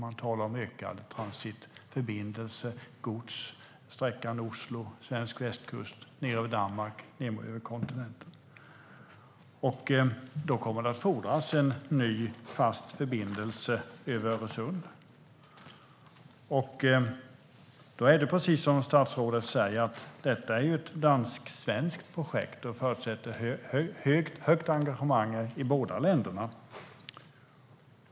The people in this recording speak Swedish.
Man talar om ökad transitförbindelse, gods, på sträckan från Oslo längs med svensk västkust och ned över Danmark mot kontinenten. Då kommer det att fordras en ny fast förbindelse över Öresund, och precis som statsrådet säger är detta ett danskt-svenskt projekt som förutsätter högt engagemang i båda länderna.